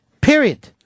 Period